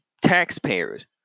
taxpayers